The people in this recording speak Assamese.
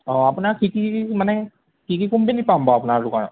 অ আপোনাৰ কি কি মানে কি কি কোম্পেনীৰ পাম বাৰু আপোনাৰ দোকানত